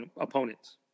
opponents